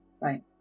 Right